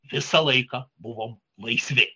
visą laiką buvom laisvi